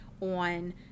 on